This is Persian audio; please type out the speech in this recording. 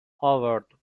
هاورد